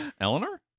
Eleanor